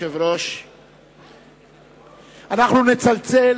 אנחנו נצלצל,